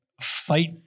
fight